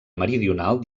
meridional